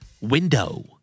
Window